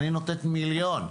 מיליון, אני נותנת מיליון,